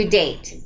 date